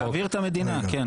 להבעיר את המדינה, כן.